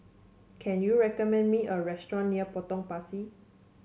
can you recommend me a restaurant near Potong Pasir